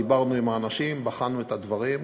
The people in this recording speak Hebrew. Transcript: דיברנו עם האנשים, בחנו את הדברים,